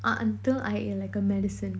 until I ate like a medicine